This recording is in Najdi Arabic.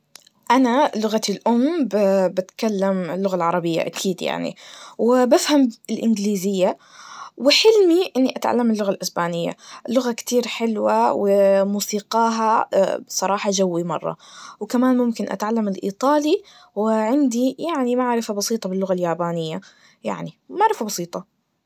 أنا لغتي الأم بتكلم اللغة العربية أكيد يعني, وبفهم الإنجليزية, وحلمي إني أتعلم اللغة الأسبانية, لغة كتير حلوة, وموسيقاها بصراحة جوي مرة, وكمان ممكن اتعلم الإيطالي, وعندي يعني معرفة بسيطة باللغة اليابانية, يعني معرفة بسيطة.